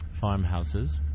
farmhouses